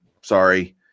Sorry